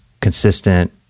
consistent